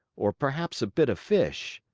or perhaps a bit of fish.